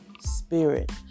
spirit